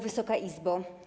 Wysoka Izbo!